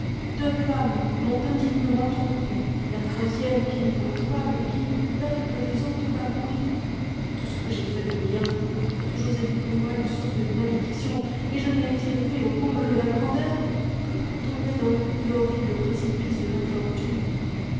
deux femmes m'ont indignement trompé la troisième qui n'est point coupable et qui est plus belle que les autres va mourir tout ce que j'ai fait de bien a toujours été pour moi une source de malédictions et je n'ai été élevé au comble de la grandeur que pour tomber dans le plus horrible précipice de l'infortune